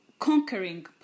Conquering